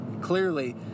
clearly